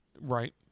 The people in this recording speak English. right